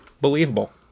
Believable